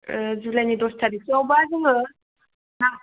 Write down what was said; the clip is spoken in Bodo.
जुलाइनि दस थारिकसोआवबा जोङो